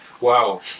Wow